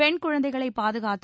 பெண்குழந்தைகளை பாதுகாத்து